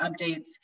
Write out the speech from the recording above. updates